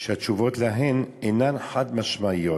שהתשובות להן אינן חד-משמעיות,